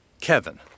Kevin